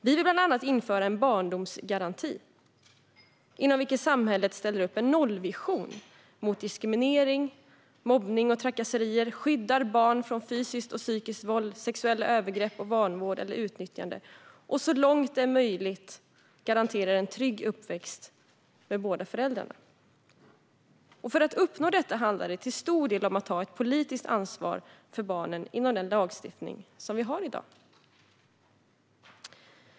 Vi vill bland annat införa en barndomsgaranti inom vilken samhället ställer upp en nollvision mot diskriminering, mobbning och trakasserier. Garantin ska skydda barn från fysiskt och psykiskt våld, sexuella övergrepp och vanvård eller utnyttjande och så långt det är möjligt garantera en trygg uppväxt med båda föräldrarna. För att uppnå detta handlar det till stor del om att ta ett politiskt ansvar för barnen inom den lagstiftning vi har i dag.